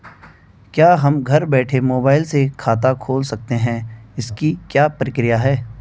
क्या हम घर बैठे मोबाइल से खाता खोल सकते हैं इसकी क्या प्रक्रिया है?